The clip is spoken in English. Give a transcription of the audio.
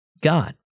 God